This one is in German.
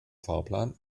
fahrplan